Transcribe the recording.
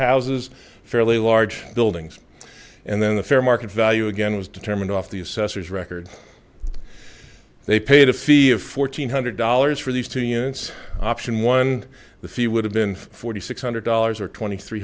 houses fairly large buildings and then the fair market value again was determined off the assessor's record they paid a fee of fourteen hundred dollars for these two units option one the fee would have been forty six hundred dollars or twenty three